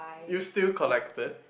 you still collected